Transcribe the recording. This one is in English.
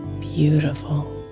beautiful